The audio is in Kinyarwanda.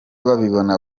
babibona